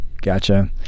gotcha